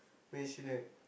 mansionette